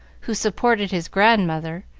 who supported his grandmother,